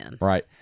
Right